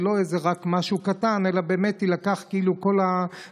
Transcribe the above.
ולא רק איזה משהו קטן אלא באמת יילקח כל הנושא,